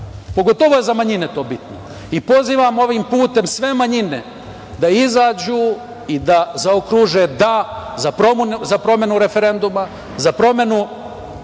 pogotovo je to za manjine bitno. Pozivam ovim putem sve manjine da izađu i da zaokruže – da, za promenu referenduma, za promenu